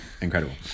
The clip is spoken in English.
incredible